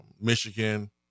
Michigan